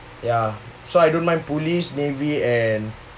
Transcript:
ya so I don't mind police navy and